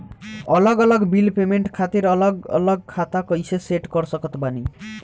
अलग अलग bill payment खातिर अलग अलग खाता कइसे सेट कर सकत बानी?